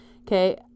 Okay